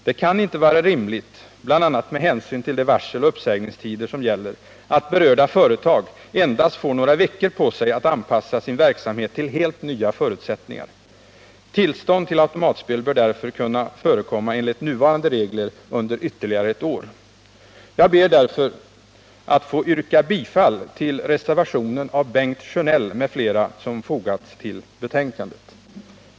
Det kan inte vara rimligt, bl.a. med hänsyn till de varseloch uppsägningstider som gäller, att berörda företag endast får några veckor på sig att anpassa sin verksamhet till helt nya förutsättningar. Tillstånd till automatspel bör därför kunna förekomma enligt nuvarande regler under ytterligare ett år. Jag ber därför att få yrka bifall till den vid betänkandet fogade reservationen av Bengt Sjönell m.fl.